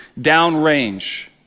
downrange